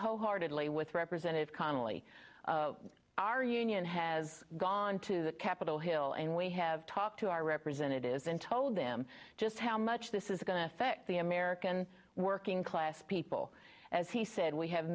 wholeheartedly with representative connelly our union has gone to the capitol hill and we have talked to our representatives and told them just how much this is going to affect the american working class people as he said we have